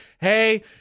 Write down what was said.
Hey